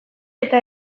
eta